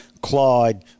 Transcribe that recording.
Clyde